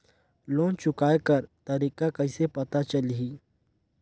Loan चुकाय कर तारीक कइसे पता चलही?